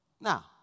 Now